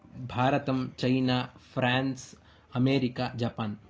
भारतम् China France America Japan